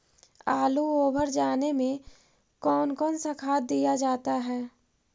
आलू ओवर जाने में कौन कौन सा खाद दिया जाता है?